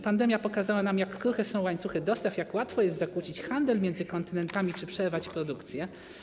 Pandemia pokazała nam, jak kruche są łańcuchy dostaw, jak łatwo jest zakłócić handel między kontynentami czy przerwać produkcję.